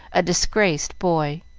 a disgraced boy.